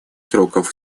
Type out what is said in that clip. сроков